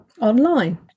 online